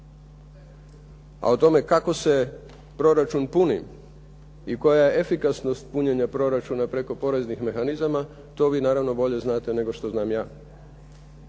A o tome kako se proračun puni i koja je efikasnost punjenja proračuna preko poreznih mehanizama to vi naravno bolje znate nego što znam ja.